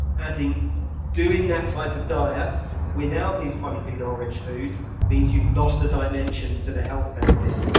ah doing doing that type of diet without these polyphenol rich foods means you've lost the dimension to the health benefits.